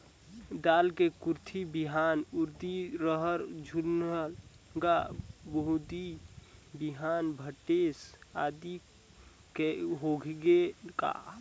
दाल मे कुरथी बिहान, उरीद, रहर, झुनगा, बोदी बिहान भटेस आदि होगे का?